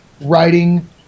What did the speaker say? writing